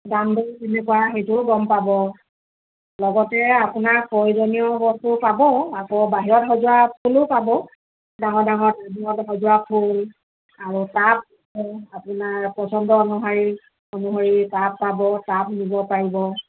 দামবোৰ কেনেকুৱা সেইটোও গম পাব লগতে আপোনাৰ প্ৰয়োজনীয় বস্তু পাব আকৌ বাহিৰত সজোৱা ফুলো পাব ডাঙৰ ডাঙৰ বাহিৰত সজোৱা ফুল আৰু টাব আপোনাৰ পচন্দৰ অনুসাৰি অনুসৰি টাব পাব টাব নিব পাৰিব